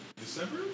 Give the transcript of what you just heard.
December